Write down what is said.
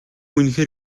үнэхээр